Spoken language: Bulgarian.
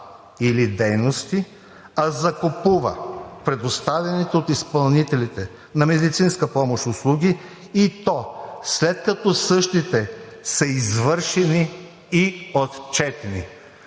или дейности, а закупува предоставените от изпълнителите на медицинска помощ услуги, и то след като същите са извършени и отчетени.